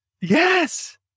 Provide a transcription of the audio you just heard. yes